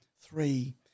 three